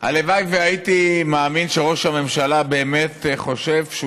הלוואי שהייתי מאמין שראש הממשלה באמת חושב שהוא